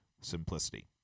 simplicity